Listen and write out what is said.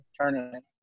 tournament